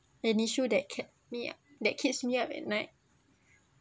an issue that kept me that keeps me up at night